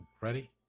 ready